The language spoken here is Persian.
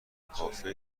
کافه